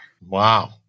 Wow